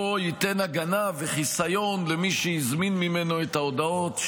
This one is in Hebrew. ייתן הגנה וחיסיון למי שהזמין ממנו את ההודעות,